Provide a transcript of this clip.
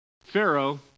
Pharaoh